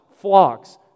flocks